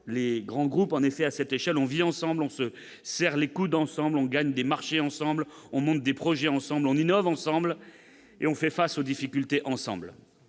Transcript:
les grands groupes. En effet, à cette échelle, on vit ensemble, on se serre les coudes, on gagne des marchés ensemble, on monte des projets ensemble, on innove ensemble et on fait face aux difficultés ensemble